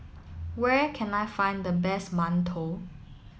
where can I find the best mantou